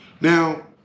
Now